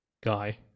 guy